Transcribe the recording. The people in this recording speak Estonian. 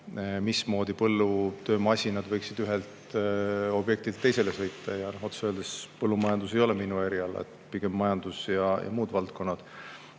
mismoodi põllutöömasinad võiksid ühelt objektilt teisele sõita. Otse öeldes, põllumajandus ei ole minu eriala, pigem majandus ja muud valdkonnad.